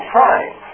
time